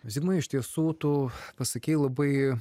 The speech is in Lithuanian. zigmai iš tiesų tu pasakei labai